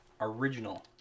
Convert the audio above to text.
original